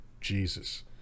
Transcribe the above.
Jesus